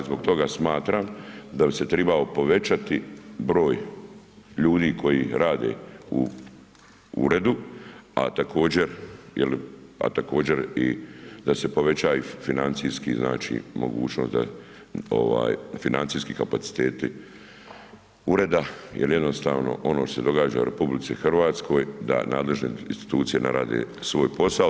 Zbog toga smatram da bi se tribao povećati broj ljudi koji rade u uredu, a također jeli, a također da se poveća i financijski znači mogućnost da ovaj financijski kapaciteti ureda jer jednostavno ono što se događa u RH da nadležne institucije ne rade svoj posao.